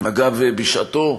אגב, בשעתו,